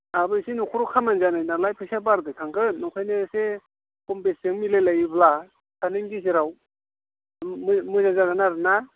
आंहाबो एसे न'खराव खामानि जानाय नालाय फैसा बाराद्राय थांगोन नंखायनो एसे खम बेसजों मिलायलायोब्ला सानैनि गेजेराव मोजां जागोन आरो ना